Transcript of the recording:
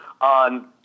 on